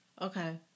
Okay